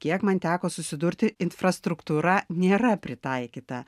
kiek man teko susidurti infrastruktūra nėra pritaikyta